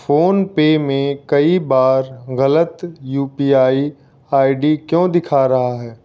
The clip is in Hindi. फ़ोनपे में कई बार गलत U P I I D क्यों दिखा रहा है